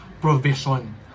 provision